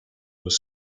was